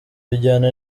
bijyana